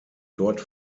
dort